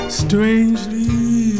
strangely